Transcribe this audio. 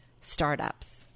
startups